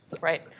Right